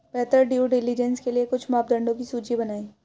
बेहतर due diligence के लिए कुछ मापदंडों की सूची बनाएं?